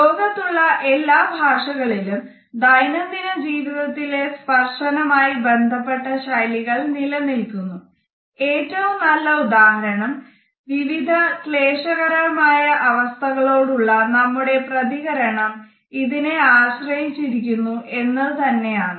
ലോകത്തുള്ള എല്ലാ ഭാഷകളിലും ദൈനം ദിന ജീവിതത്തിലെ സ്പർശനമായി ബന്ധപ്പെട്ട ശൈലികൾ നിലനിൽക്കുന്നു ഏറ്റവും നല്ല ഉദാഹരണം വിവിധ ക്ലേശകരമായ അവസ്ഥകളോടുള്ള നമ്മുടെ പ്രതികരണം ഇതിനെ ആശ്രയിച്ചിരിക്കുന്നു എന്നത് തന്നെയാണ്